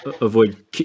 avoid